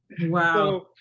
Wow